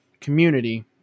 community